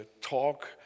talk